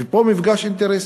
ופה, מפגש אינטרסים.